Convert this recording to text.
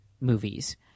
movies